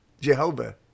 Jehovah